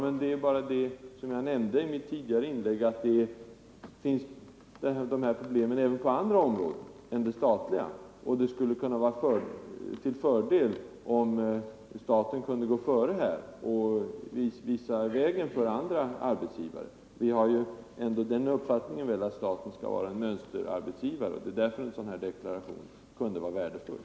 Men — som jag nämnde i mitt tidigare inlägg — de här problemen finns även på andra områden än det statliga, och det skulle vara till fördel om staten kunde gå före och visa vägen för andra arbetsgivare. Vi har väl ändå den uppfattningen att staten skall vara en mönsterarbetsgivare, och därför kunde en sådan här deklaration vara värdefull.